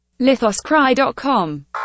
LithosCry.com